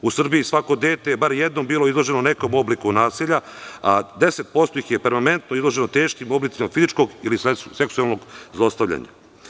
U Srbiji svako dete je bar jednom bilo izloženo nekom obliku nasilja a 10% ih je permanentno izloženo teškim oblicima fizičkog ili seksualnog zlostavljanja.